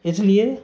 اس لیے